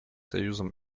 союзом